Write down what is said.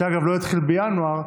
שאגב לא התחיל בינואר,